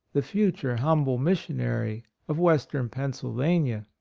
the future humble missionary of western pennsylvania.